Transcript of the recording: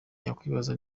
yakwibaza